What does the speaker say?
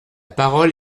parole